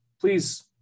please